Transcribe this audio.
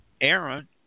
Aaron